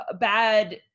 bad